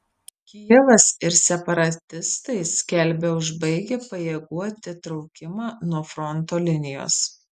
kijevas ir separatistai skelbia užbaigę pajėgų atitraukimą nuo fronto linijos